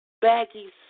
Baggy